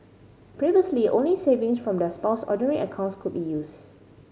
previously only savings from their Spouse's Ordinary accounts could be used